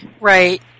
Right